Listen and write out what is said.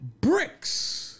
bricks